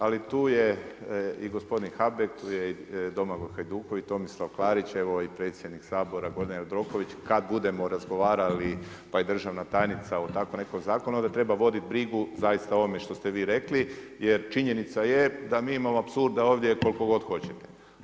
Ali tu je i gospodin Habek, tu je i Domagoj Hajduković, Tomislav Klarić evo i predsjednik Sabora Gordan Jandroković kada budemo razgovarali pa i državna tajnica o takvom nekom zakonu onda treba voditi brigu zaista o ovome što ste vi rekli jer činjenica je da mi imamo apsurda ovdje koliko god hoćete.